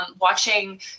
watching